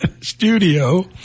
Studio